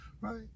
Right